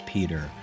Peter